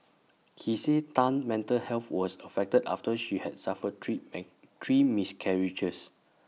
he said Tan's mental health was affected after she had suffered three make three miscarriages